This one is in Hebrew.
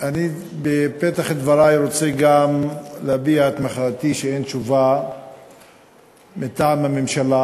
בפתח דברי אני רוצה גם להביע את מחאתי על כך שאין תשובה מטעם הממשלה,